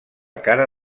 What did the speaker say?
cara